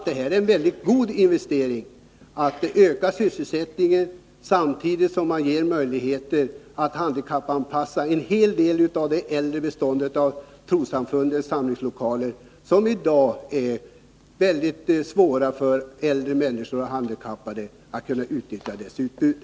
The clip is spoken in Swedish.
Det är en mycket god investering att öka sysselsättningen samtidigt som man ger möjligheter att handikappanpassa en hel del av det äldre beståndet av trossamfundens samlingslokaler. Det är i dag väldigt svårt för äldre människor och handikappade att utnyttja det utbudet.